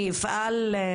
אני אפעל בעניין.